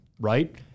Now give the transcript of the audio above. right